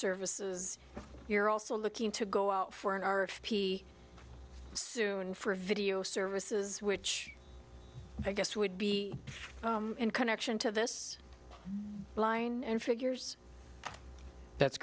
services you're also looking to go out for an r f p soon for video services which i guess would be in connection to this line and figures that's